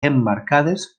emmarcades